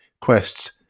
quests